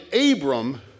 Abram